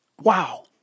wow